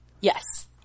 Yes